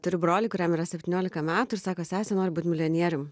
turiu brolį kuriam yra septyniolika metų ir sako sese būt milijonierium